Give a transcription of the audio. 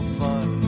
fun